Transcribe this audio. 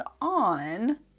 on